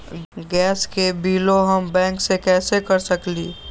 Gas के बिलों हम बैंक से कैसे कर सकली?